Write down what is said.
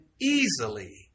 easily